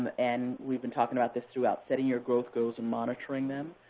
and we've been talking about this throughout, setting your growth goals and monitoring them.